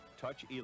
touch